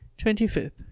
Twenty-fifth